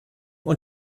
und